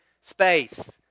space